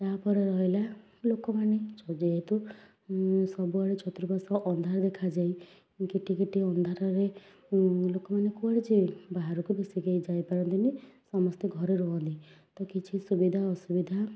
ତା'ପରେ ରହିଲା ଲୋକମାନେ ଯେହେତୁ ସବୁବେଳେ ଚତୁଃପାର୍ଶ୍ୱ ଅନ୍ଧାର ଦେଖାଯାଏ କିଟିକିଟି ଅନ୍ଧାରରେ ଲୋକମାନେ କୁଆଡ଼େ ଯିବେ ବାହାରକୁ ବେଶି କେହି ଯାଇପାରନ୍ତିନି ସମସ୍ତେ ଘରେ ରୁହନ୍ତି ତ କିଛି ସୁବିଧା ଅସୁବିଧା